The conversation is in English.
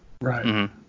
right